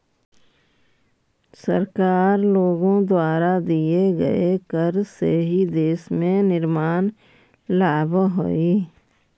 सरकार लोगों द्वारा दिए गए कर से ही देश में निर्माण लावअ हई